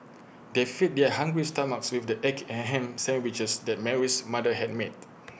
they fed their hungry stomachs with the egg and Ham Sandwiches that Mary's mother had made